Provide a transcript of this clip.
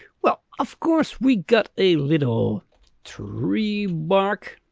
well of course, we got a little tree bark,